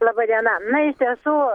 laba diena na iš tiesų